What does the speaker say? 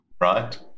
right